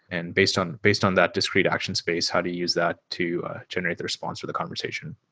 and based on based on that discreet action space, how do you use that to generate the response for the conversation?